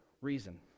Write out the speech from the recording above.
reason